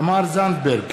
תמר זנדברג,